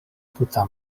tuta